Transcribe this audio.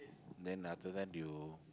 then after that you